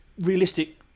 realistic